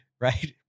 right